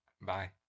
Bye